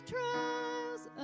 trials